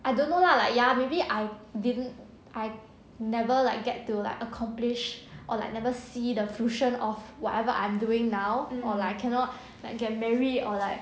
I don't know lah like ya maybe I didn't I never like get to like accomplish or like never see the fusion of whatever I'm doing now or like cannot like get marry or like